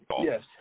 Yes